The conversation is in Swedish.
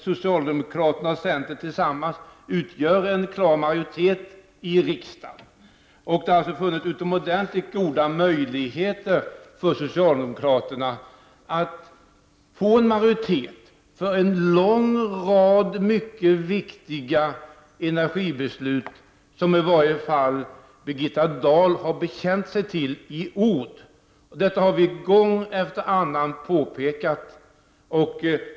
Socialdemokraterna och centern tillsammans utgör fortfarande en klar majoritet i riksdagen. Det har alltså funnits utomordentligt goda möjligheter för socialdemokraterna att få en majoritet för en lång rad mycket viktiga energibeslut som i varje fall Birgitta Dahl har bekänt sig till i ord. Detta har vi från centern gång efter annan påpekat.